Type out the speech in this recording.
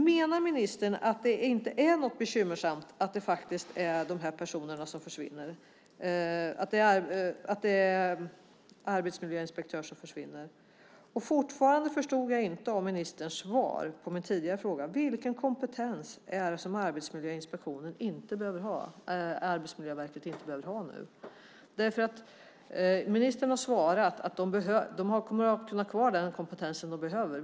Menar ministern att det inte är bekymmersamt att det är arbetsmiljöinspektörer som försvinner? Jag förstod inte av ministerns svar på min tidigare fråga vilken kompetens det är som Arbetsmiljöverket inte behöver ha nu. Ministern har svarat att man kommer att kunna ha kvar den kompetens man behöver.